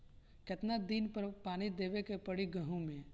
कितना दिन पर पानी देवे के पड़ी गहु में?